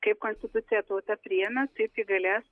kaip konstituciją tauta priėmė taip ji galės